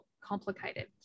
complicated